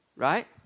Right